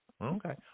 Okay